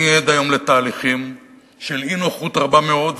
אני עד היום לתהליכים של אי-נוחות רבה מאוד,